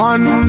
One